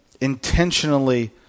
intentionally